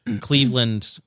Cleveland